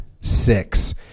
six